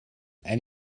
and